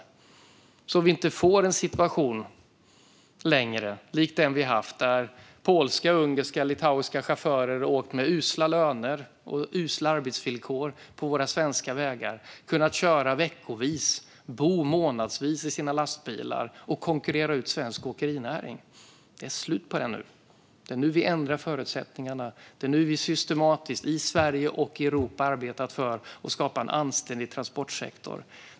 Det handlar om att vi inte längre ska ha en situation likt den vi haft där polska, ungerska och litauiska chaufförer åkt med usla löner och på usla arbetsvillkor på våra svenska vägar. De har kunnat köra veckovis, bo månadsvis, i sina lastbilar och konkurrera ut svensk åkerinäring. Det är slut på det nu. Det är nu vi ändrar förutsättningarna. Det är nu vi systematiskt i Sverige och i Europa arbetar för att skapa en anständig transportsektor.